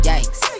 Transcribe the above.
Yikes